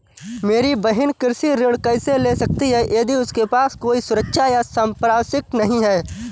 मेरी बहिन कृषि ऋण कैसे ले सकती है यदि उसके पास कोई सुरक्षा या संपार्श्विक नहीं है?